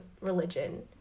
religion